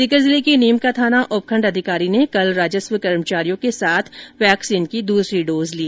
सीकर जिले के नीमकाथाना उपखण्ड अधिकारी ने कल राजस्व कर्मचारियों के साथ वैक्सीन की द्रसरी डोज ली